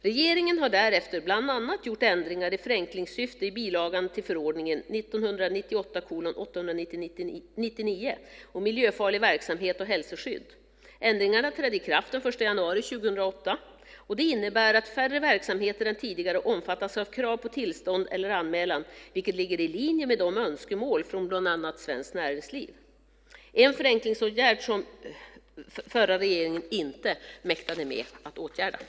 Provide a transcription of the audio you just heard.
Regeringen har därefter bland annat gjort ändringar i förenklingssyfte i bilagan till förordningen om miljöfarlig verksamhet och hälsoskydd. Ändringarna trädde i kraft den 1 januari 2008. De innebär att färre verksamheter än tidigare omfattas av krav på tillstånd eller anmälan, vilket ligger i linje med önskemål från bland annat Svenskt Näringsliv, en förenklingsåtgärd som den förra regeringen inte mäktade med att genomföra.